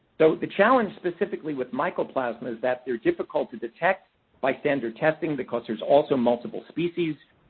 so, the challenge, specifically, with mycoplasma is that they're difficult to detect by standard testing because there's also multiple species.